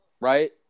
right